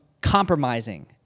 compromising